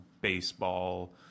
baseball